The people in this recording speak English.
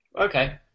Okay